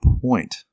point